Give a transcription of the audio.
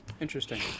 Interesting